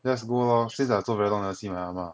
just go lor since I also very long never see my ah ma